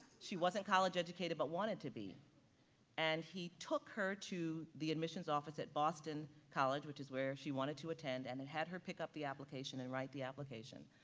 she wasn't college educated, but wanted to be and he took her to the admissions office at boston college, which is where she wanted to attend and then had her pick up the application and write the application.